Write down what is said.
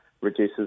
reduces